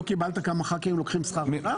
לא קיבלת כמה חברי כנסת לוקחים שכר דירה?